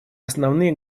основные